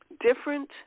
different